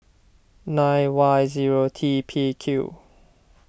nine Y zero T P Q